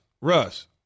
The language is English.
Russ